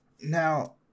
Now